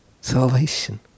salvation